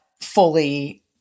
fully